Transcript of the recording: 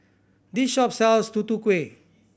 this shop sells Tutu Kueh